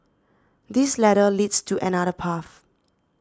this ladder leads to another path